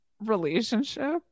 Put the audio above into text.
Relationship